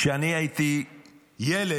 כשאני הייתי ילד,